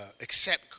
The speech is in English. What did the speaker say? accept